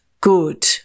good